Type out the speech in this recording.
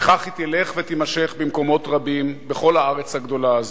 וכך היא תלך ותימשך במקומות רבים בכל הארץ הגדולה הזאת.